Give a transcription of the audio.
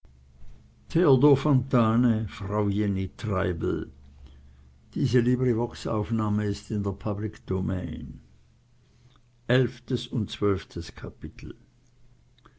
tante jenny treibel